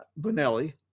Bonelli